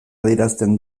adierazten